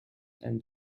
and